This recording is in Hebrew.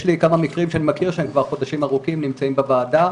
יש לי כמה מקרים שאני מכיר שהם כבר חודשים ארוכים נמצאים בוועדה.